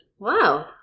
Wow